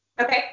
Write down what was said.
okay